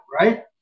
right